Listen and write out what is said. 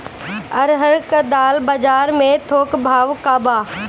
अरहर क दाल बजार में थोक भाव का बा?